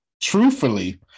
Truthfully